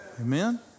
Amen